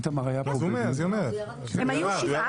איתמר היה --- הם היו 7,